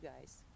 guys